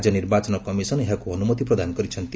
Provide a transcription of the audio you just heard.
ରାଜ୍ୟ ନିର୍ବାଚନ କମିଶନ୍ ଏହାକୁ ଅନୁମତି ପ୍ରଦାନ କରିଛନ୍ତି